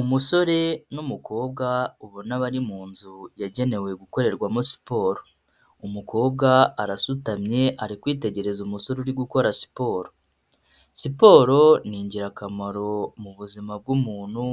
Umusore n'umukobwa ubona aba mu nzu yagenewe gukorerwamo siporo. Umukobwa arasutamye ari kwitegereza umusore uri gukora siporo. Siporo n'ingirakamaro mu buzima bw'umuntu